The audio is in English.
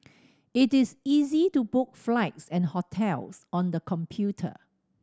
it is easy to book flights and hotels on the computer